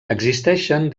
existeixen